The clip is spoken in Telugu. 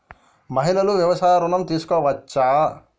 మహిళలు వ్యవసాయ ఋణం తీసుకోవచ్చా?